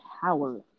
power